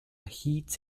heat